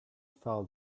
file